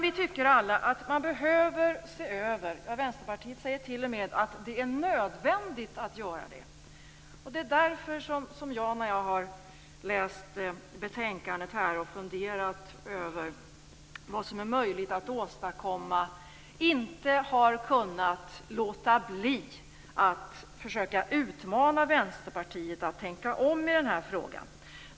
Vi tycker alla att man behöver se över systemen - Vänsterpartiet säger t.o.m. att det är nödvändigt att göra det. Därför har jag, när jag läst betänkandet och funderat över vad som är möjligt att åstadkomma, inte kunnat låta bli att försöka utmana Vänsterpartiet att tänka om i den här frågan.